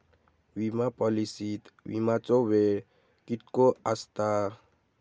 विमा पॉलिसीत विमाचो वेळ कीतको आसता?